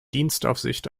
dienstaufsicht